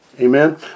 Amen